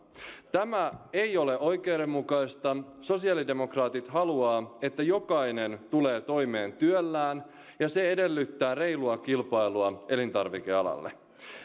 tämä ei ole oikeudenmukaista sosiaalidemokraatit haluavat että jokainen tulee toimeen työllään ja se edellyttää reilua kilpailua elintarvikealalle